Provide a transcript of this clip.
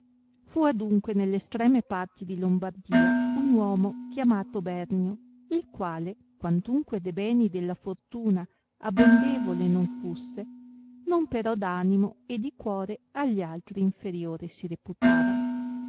fu adunque nell estreme parti di lombardia un uomo chiamato bernio il quale quantunque de beni della fortuna abondevole non fusse non però d'animo e di cuore agli altri inferiore si reputava